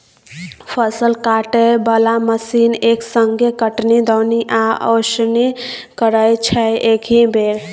फसल काटय बला मशीन एक संगे कटनी, दौनी आ ओसौनी करय छै एकहि बेर